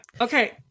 Okay